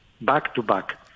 back-to-back